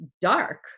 dark